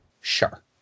sure